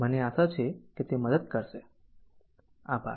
મને આશા છે કે તે મદદ કરશે આભાર